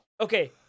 okay